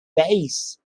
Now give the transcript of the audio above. base